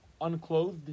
unclothed